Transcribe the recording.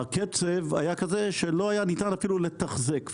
הקצב היה כזה שלא ניתן היה אפילו לתחזק.